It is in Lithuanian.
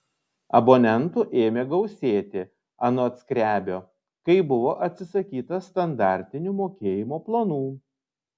abonentų ėmė gausėti anot skrebio kai buvo atsisakyta standartinių mokėjimo planų